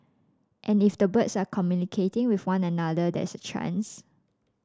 and if the birds are communicating with one another there's a chance